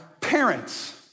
parents